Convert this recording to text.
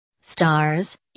Stars